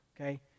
okay